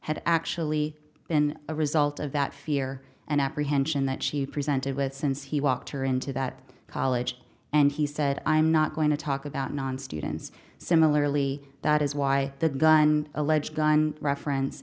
had actually been a result of that fear and apprehension that she presented with since he walked her into that college and he said i'm not going to talk about non students similarly that is why the gun alleged gun reference